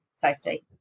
safety